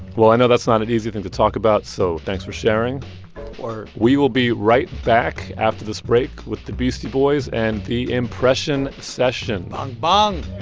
well, i know that's not an easy thing to talk about, so thanks for sharing word we will be right back, after this break, with the beastie boys and the impression session bong,